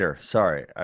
sorry